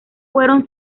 fueron